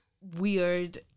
weird